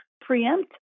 preempt